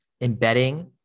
embedding